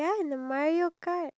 iya